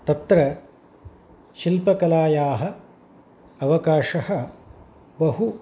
तत्र शिल्पकलायाः अवकाशः बहु